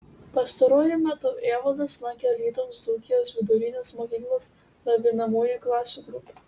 pastaruoju metu evaldas lankė alytaus dzūkijos vidurinės mokyklos lavinamųjų klasių grupę